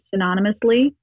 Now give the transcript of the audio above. synonymously